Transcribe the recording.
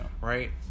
right